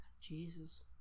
Jesus